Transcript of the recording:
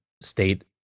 state